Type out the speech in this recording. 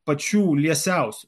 pačių liesiausių